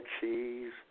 cheese